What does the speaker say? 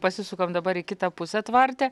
pasisukam dabar į kitą pusę tvarte